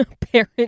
parent